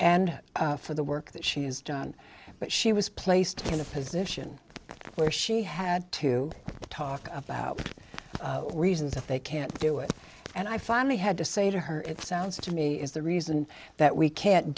and for the work that she has done but she was placed in a position where she had to talk about the reasons that they can't do it and i finally had to say to her it sounds to me is the reason that we can't